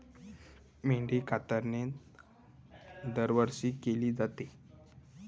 मेंढी कातरणे दरवर्षी केली जाते